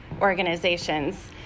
organizations